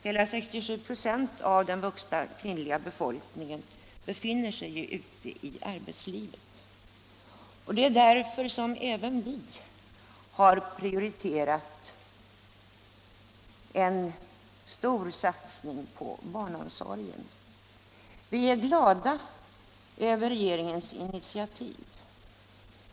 Hela 67 96 av den vuxna kvinnliga befolkningen befinner sig nu ute i arbetslivet, och det är därför som även vi har prioriterat en stor satsning på barnomsorgen. Vi är glada över regeringens initiativ.